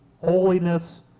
Holiness